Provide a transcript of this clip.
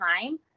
time